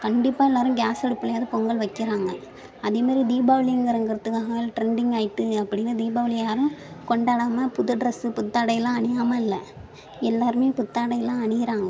கண்டிப்பாக எல்லோரும் கேஸ் அடுப்புலையாவது பொங்கல் வெக்கிறாங்க அதே மாதிரி தீபாவளிங்கிறத்துக்காக ட்ரெண்டிங் ஆயிட்டுது அப்படின்னு தீபாவளியை யாரும் கொண்டாடாமல் புது ட்ரெஸு புத்தாடையெலாம் அணியாமல் இல்லை எல்லோருமே புத்தாடையெலாம் அணிகிறாங்க